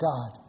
God